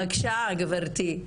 בבקשה גבירתי.